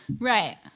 right